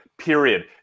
Period